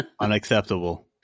Unacceptable